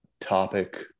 topic